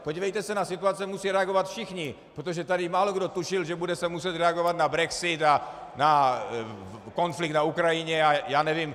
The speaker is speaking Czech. Podívejte se, na situace musí reagovat všichni, protože tady málokdo tušil, že se bude muset reagovat na brexit a na konflikt na Ukrajině a já nevím.